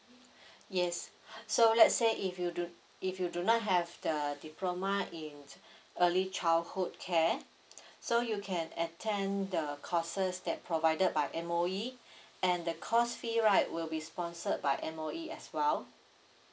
yes so let's say if you do if you do not have the diploma in early childhood care so you can attend the courses that provided by M_O_E and the course fee right will be sponsored by M_O_E as well